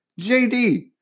JD